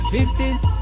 Fifties